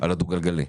על הדו גלגלי.